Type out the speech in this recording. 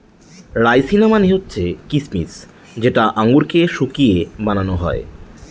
রাইসিনা মানে হচ্ছে কিসমিস যেটা আঙুরকে শুকিয়ে বানানো হয়